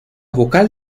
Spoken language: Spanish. vocal